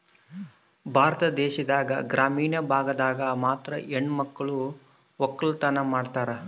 ಭಾರತ ದೇಶದಾಗ ಗ್ರಾಮೀಣ ಭಾಗದಾಗ ಮಾತ್ರ ಹೆಣಮಕ್ಳು ವಕ್ಕಲತನ ಮಾಡ್ತಾರ